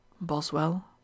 Boswell